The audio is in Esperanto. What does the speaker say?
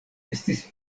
estis